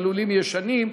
הלולים ישנים.